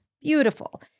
Beautiful